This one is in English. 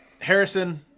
harrison